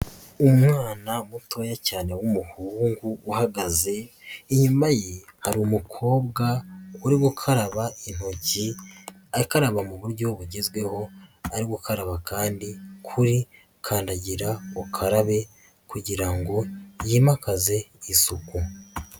Umwana mutoya cyane w'umuhungu uhagaze. Inyuma ye hari umukobwa uri gukaraba intoki akaraba mu buryo bugezweho. Ari gukaraba kandi kuri kandagira ukarabe kugira ngo yimakaze isuku.